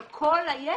אבל כל היתר,